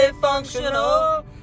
functional